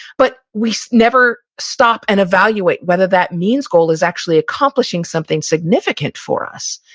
but we never stop and evaluate whether that means goal is actually accomplishing something significant for us,